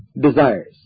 desires